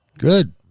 Good